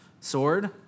sword